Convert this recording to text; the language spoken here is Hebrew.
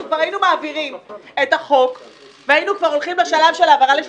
כבר מעבירים את החוק והיינו הולכים לשלב של העברה של